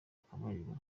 akabariro